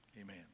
Amen